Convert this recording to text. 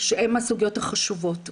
שהן הסוגיות החשובות.